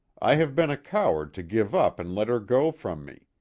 i have been a coward to give up and let her go from me.